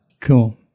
cool